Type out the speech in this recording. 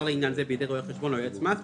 לעניין זה בידי רואה חשבון או יועץ מס,